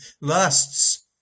lusts